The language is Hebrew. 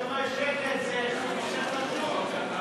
חבר'ה, שקט, זה נושא חשוב.